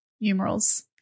numerals